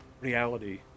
reality